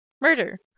murder